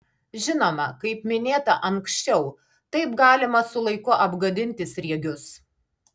žinoma kaip minėta anksčiau taip galima su laiku apgadinti sriegius